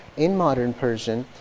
in modern persian,